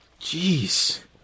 Jeez